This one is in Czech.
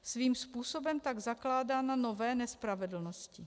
Svým způsobem tak zakládá na nové nespravedlnosti.